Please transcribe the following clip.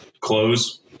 close